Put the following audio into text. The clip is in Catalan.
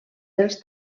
dels